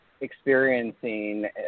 experiencing